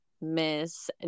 Miss